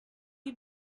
you